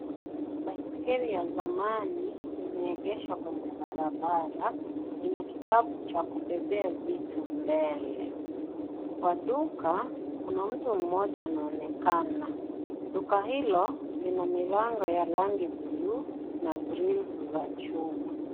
Baiskeli ya zamani imeegeshwa kwenye barabara. Ina kikapu cha kubebea vitu mbele. Kwa duka kuna mtu mmoja anaonekana. Duka hilo, lina milango ya rangi blue na grills za chuma.